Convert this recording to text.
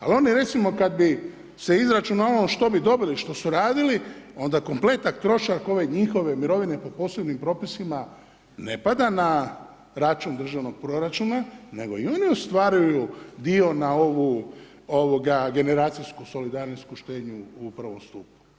Ali ono recimo kad bi se izračunavalo što bi dobili što su radili, onda kompletan trošak ove njihove mirovine pod posebnim propisima ne pada na račun državnog proračuna nego i oni ostvaruju dio na ovu generacijski solidarnost kao štednju u I. stupu.